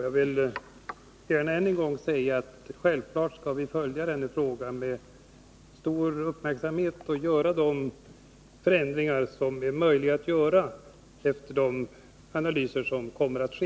Jag vill gärna än en gång säga att vi självfallet skall följa frågan med stor uppmärksamhet och företa de förändringar som är möjliga efter de analyser som kommer att ske.